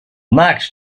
max